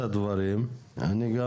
אני גם